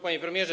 Panie Premierze!